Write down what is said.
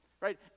right